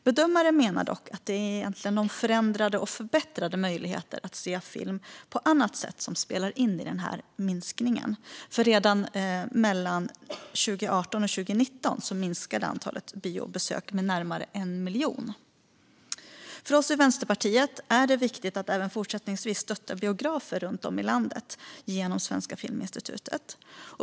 Bedömare menar dock att det egentligen är de förändrade och förbättrade möjligheterna att se film på annat sätt som spelar in i minskningen, för redan mellan 2018 och 2019 minskade antalet biobesök med närmare 1 miljon. För oss i Vänsterpartiet är det viktigt att även fortsättningsvis stötta biografer runt om i landet genom Svenska Filminstitutet.